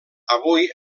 avui